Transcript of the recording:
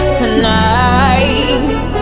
tonight